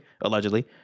allegedly –